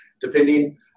depending